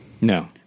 No